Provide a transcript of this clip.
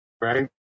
Right